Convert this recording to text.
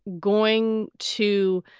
going to.